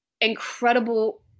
incredible